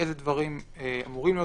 אילו דברים אמורים להיות